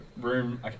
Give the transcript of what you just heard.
room